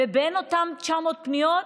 בין אותן 900 פניות,